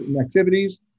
activities